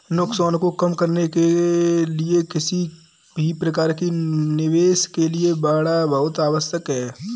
नुकसान को कम करने के लिए किसी भी प्रकार के निवेश के लिए बाड़ा बहुत आवश्यक हैं